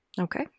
okay